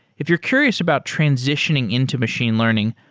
if you're curious about transitioning into machine learning,